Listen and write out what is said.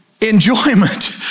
Enjoyment